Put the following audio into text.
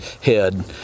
head